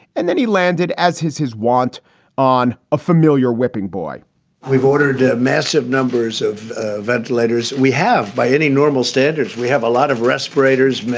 and then he landed as his his want on a familiar whipping boy we've ordered ah massive numbers of ventilators. we have by any normal standards, we have a lot of respirators,